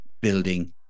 building